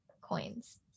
coins